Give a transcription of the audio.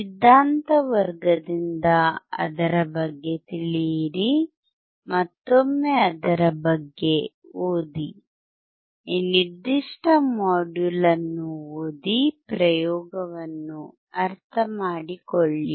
ಸಿದ್ಧಾಂತ ವರ್ಗದಿಂದ ಅದರ ಬಗ್ಗೆ ತಿಳಿಯಿರಿಮತ್ತೊಮ್ಮೆ ಅದರ ಬಗ್ಗೆ ಓದಿ ಈ ನಿರ್ದಿಷ್ಟ ಮಾಡ್ಯೂಲ್ ಅನ್ನು ಓದಿಪ್ರಯೋಗವನ್ನು ಅರ್ಥಮಾಡಿಕೊಳ್ಳಿ